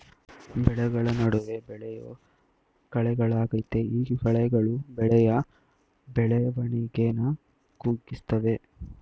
ಬೆಳೆಗಳ ನಡುವೆ ಬೆಳೆಯೋ ಕಳೆಗಳಾಗಯ್ತೆ ಈ ಕಳೆಗಳು ಬೆಳೆಯ ಬೆಳವಣಿಗೆನ ಕುಗ್ಗಿಸ್ತವೆ